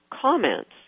comments